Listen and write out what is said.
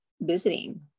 visiting